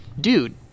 Dude